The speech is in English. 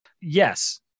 Yes